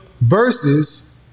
versus